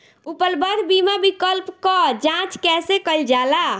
उपलब्ध बीमा विकल्प क जांच कैसे कइल जाला?